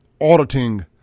auditing